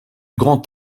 grand